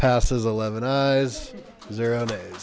passes eleven eyes zero nays